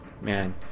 man